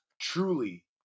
truly